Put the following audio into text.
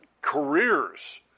careers